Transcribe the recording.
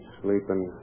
sleeping